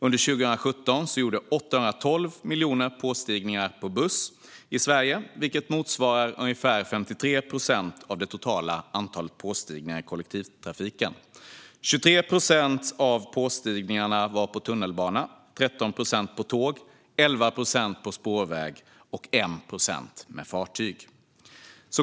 Under 2017 gjordes 812 miljoner påstigningar på buss i Sverige, vilket motsvarar 53 procent av det totala antalet påstigningar i kollektivtrafiken. 23 procent av påstigningarna var på tunnelbana, 13 procent på tåg, 11 procent på spårväg och 1 procent på fartyg.